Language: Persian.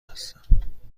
هستم